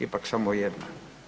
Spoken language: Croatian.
Ipak samo jedna.